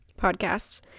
podcasts